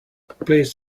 please